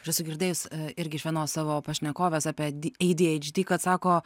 aš esu girdėjus irgi iš vienos savo pašnekovės apie di ei dy eidž dy kad sako